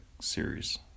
series